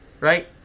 right